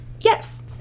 yes